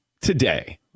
today